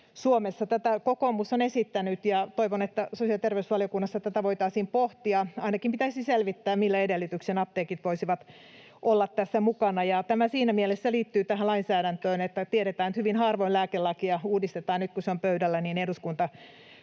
Suomessa? Tätä kokoomus on esittänyt, ja toivon, että sosiaali‑ ja terveysvaliokunnassa tätä voitaisiin pohtia. Ainakin pitäisi selvittää, millä edellytyksin apteekit voisivat olla tässä mukana. Tämä siinä mielessä liittyy tähän lainsäädäntöön, että tiedetään, että hyvin harvoin lääkelakia uudistetaan. Nyt, kun se on pöydällä,